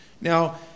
Now